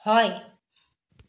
হয়